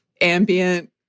ambient